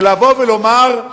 ולבוא ולומר,